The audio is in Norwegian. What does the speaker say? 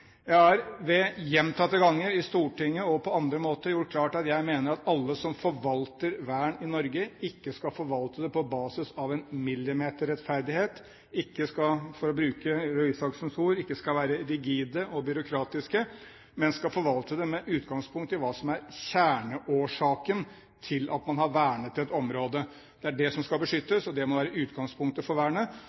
Jeg har gjentatte ganger, i Stortinget og på andre måter, gjort det klart at jeg mener at alle som forvalter vern i Norge, ikke skal forvalte det på basis av en millimeterrettferdighet, ikke skal være – for å bruke Røe Isaksens ord – rigide og byråkratiske, men forvalte det med utgangspunkt i hva som er kjerneårsaken til at man har vernet et område. Det er det som skal beskyttes, og det må være utgangspunktet for vernet.